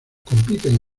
compiten